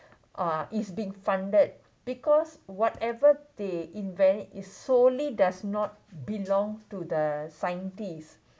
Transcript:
uh is being funded because whatever they invent is solely does not belong to the scientists